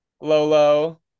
Lolo